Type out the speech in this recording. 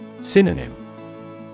Synonym